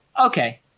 Okay